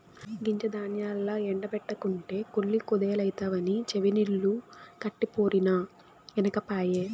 గింజ ధాన్యాల్ల ఎండ బెట్టకుంటే కుళ్ళి కుదేలైతవని చెవినిల్లు కట్టిపోరినా ఇనకపాయె